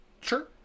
Sure